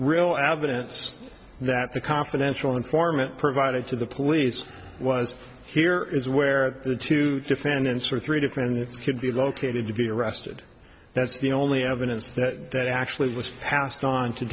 real evidence that the confidential informant provided to the police was here is where the two defendants or three different it could be located to be arrested that's the only evidence that actually was passed on to